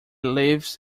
lives